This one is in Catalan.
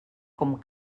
com